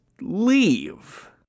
leave